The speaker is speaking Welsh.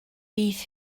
bydd